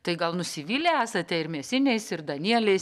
tai gal nusivylę esate ir mėsiniais ir danieliais